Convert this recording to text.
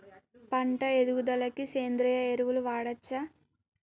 పంట ఎదుగుదలకి సేంద్రీయ ఎరువులు వాడచ్చా?